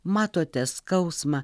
matote skausmą